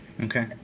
Okay